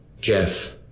Jeff